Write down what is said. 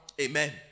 Amen